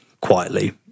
quietly